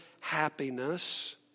happiness